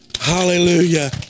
Hallelujah